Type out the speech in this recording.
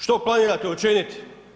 Što planirate učiniti?